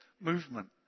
movement